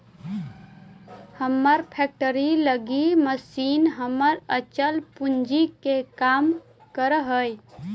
हमर फैक्ट्री लगी मशीन हमर अचल पूंजी के काम करऽ हइ